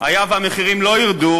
היה והמחירים לא ירדו,